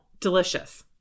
Delicious